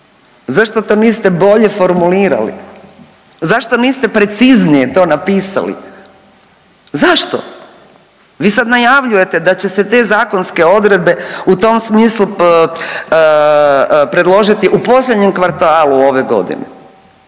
zašto to niste bolje formulirali, zašto niste preciznije to napisali, zašto? Vi sad najavljujete da će se te zakonske odredbe u tom smislu predložiti u posljednjem kvartalu ove godine,